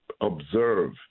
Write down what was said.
observe